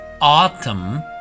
Autumn